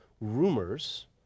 rumors